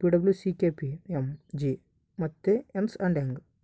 PwC KPMG ಮತ್ತೆ Ernst and Young